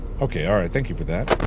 okay, alright thank you for that.